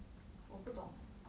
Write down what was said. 我不懂 leh